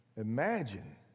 Imagine